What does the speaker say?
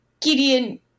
Gideon